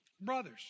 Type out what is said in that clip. brothers